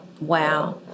Wow